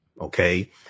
Okay